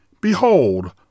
behold